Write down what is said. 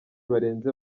barenze